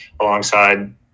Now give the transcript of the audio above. alongside